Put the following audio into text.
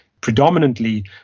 predominantly